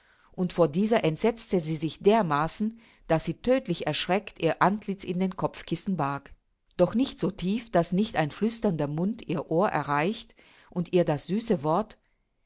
und vor dieser entsetzte sie sich dermaßen daß sie tödtlich erschreckt ihr antlitz in den kopfkissen barg doch nicht so tief daß nicht ein flüsternder mund ihr ohr erreicht und ihr das süße wort